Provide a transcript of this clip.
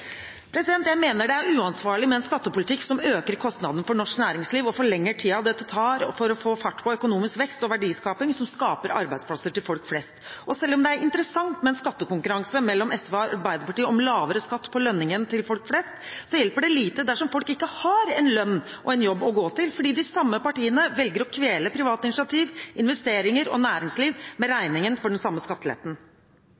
Jeg mener det er uansvarlig med en skattepolitikk som øker kostnadene for norsk næringsliv og forlenger tiden det tar å få fart på økonomisk vekst og verdiskaping som skaper arbeidsplasser til folk flest. Og selv om det er interessant med en skattekonkurranse mellom SV og Arbeiderpartiet om lavere skatt på lønningen til folk flest, hjelper det lite dersom folk ikke har en lønn og en jobb å gå til, fordi de samme partiene velger å kvele private initiativ, investeringer og næringsliv med